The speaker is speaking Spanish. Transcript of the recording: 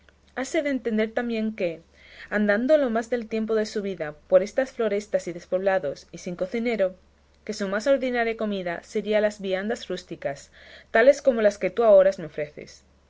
hase de entender también que andando lo más del tiempo de su vida por las florestas y despoblados y sin cocinero que su más ordinaria comida sería de viandas rústicas tales como las que tú ahora me ofreces